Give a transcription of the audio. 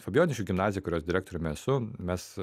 fabijoniškių gimnazija kurios direktoriumi esu mes